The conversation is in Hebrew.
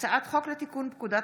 הצעת חוק לתיקון פקודת